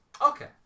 Okay